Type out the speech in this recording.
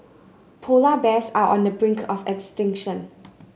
polar bears are on the brink of extinction